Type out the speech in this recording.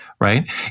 Right